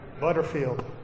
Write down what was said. Butterfield